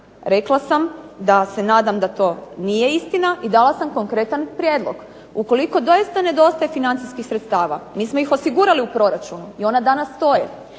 Rekla sam da se nadam da to nije istina i dala sam konkretan prijedlog. Ukoliko doista nedostaje financijskih sredstava mi smo ih osigurali u proračunu i ona danas stoje,